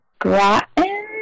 gratin